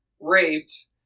raped